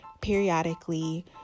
periodically